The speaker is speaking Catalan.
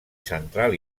central